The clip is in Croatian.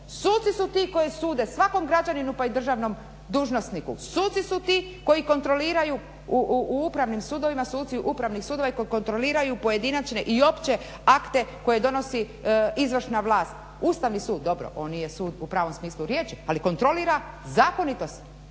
Suci su ti koji sude svakom građaninu pa i državnom dužnosniku, suci su ti koji kontroliraju u upravnim sudovima suci Upravnih sudova kontroliraju pojedinačne i opće akte koje donosi izvršna vlast. Ustavni sud, dobro on nije sud u pravom smislu riječi ali kontrolira zakonitost,